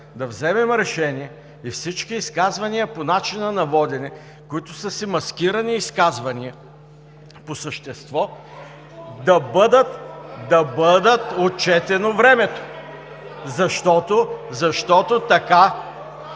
да вземем решение и всички изказвания по начина на водене, които са си маскирани изказвания по същество, да им бъде отчетено времето. (Реплики